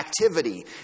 activity